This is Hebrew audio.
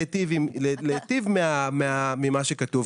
להיטיב ממה שכתוב.